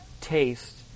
taste